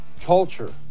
Culture